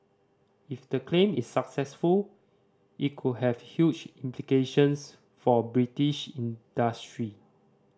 if the claim is successful it could have huge implications for British industry